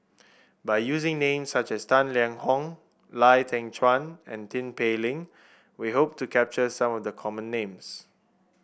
by using names such as Tang Liang Hong Lau Teng Chuan and Tin Pei Ling we hope to capture some of the common names